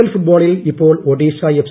L ഫുട്ബോളിൽ ഇപ്പോൾ ് ഒഡീഷ എഫ്